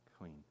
clean